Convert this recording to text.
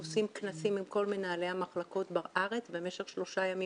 אנחנו עושים כנסים עם כל מנהלי המחלקות בארץ במשך שלושה ימים.